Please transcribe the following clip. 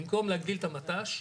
במקום להגדיל את המט"ש,